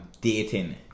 dating